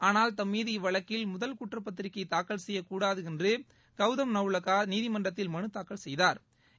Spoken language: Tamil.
ஆனால் தம்மீது இவ்வழக்கில் முதல் குற்றப் பத்திரிகை தாக்கல் செய்யக்கூடாது என்று கவுதம் நவுலாக்கா நீதிமன்றத்தில் மனுதாக்கல் செய்தாா்